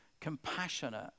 Compassionate